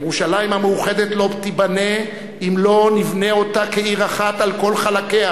ירושלים המאוחדת לא תיבנה אם לא נבנה אותה כעיר אחת על כל חלקיה,